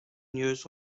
news